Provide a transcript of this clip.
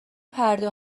پرده